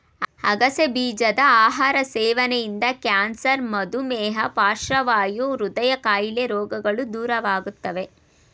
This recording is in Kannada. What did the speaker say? ಅಗಸೆ ಬೀಜದ ಆಹಾರ ಸೇವನೆಯಿಂದ ಕ್ಯಾನ್ಸರ್, ಮಧುಮೇಹ, ಪಾರ್ಶ್ವವಾಯು, ಹೃದಯ ಕಾಯಿಲೆ ರೋಗಗಳು ದೂರವಾಗುತ್ತವೆ